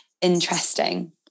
interesting